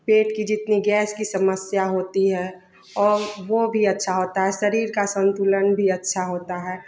पेट की जितनी गैस की समस्या होती है और वो भी अच्छा होता है शरीर का संतुलन भी अच्छा होता है